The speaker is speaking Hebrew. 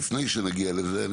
לפני שנגיע לזה,